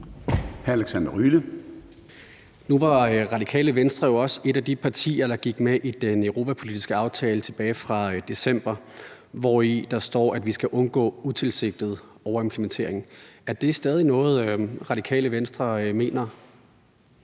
Nu var Radikale Venstre jo også et af de partier, der gik med i den europapolitiske aftale tilbage fra december, hvori der står, at vi skal undgå utilsigtet overimplementering. Er det stadig noget, Radikale Venstre mener?